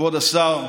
כבוד השר,